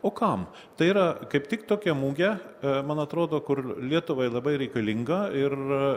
o kam tai yra kaip tik tokią mugę man atrodo kur lietuvai labai reikalinga ir